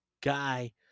guy